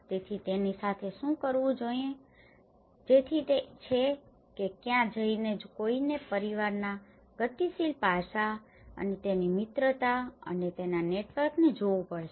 તેથી તેની સાથે શું કરવું જોઈએ જેથી તે છે કે જ્યાં કોઈએ પરિવારના ગતિશીલ પાસા અને તેની મિત્રતા અને તેના નેટવર્કને જોવું પડશે